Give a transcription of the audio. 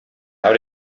how